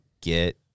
get